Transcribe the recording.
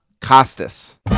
Costas